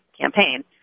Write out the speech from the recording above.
campaign